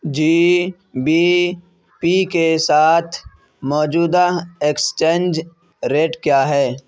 جی B P کے ساتھ موجودہ ایکسچینج ریٹ کیا ہے